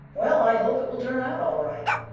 well, i hope it will turn out all right,